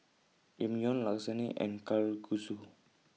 Ramyeon Lasagne and Kalguksu